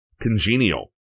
Congenial